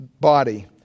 body